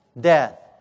Death